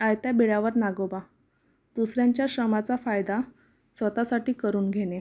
आयत्या बिळावर नागोबा दुसऱ्यांच्या श्रमाचा फायदा स्वत साठी करून घेणे